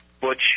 Butch